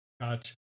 Gotcha